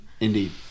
Indeed